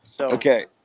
Okay